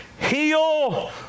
heal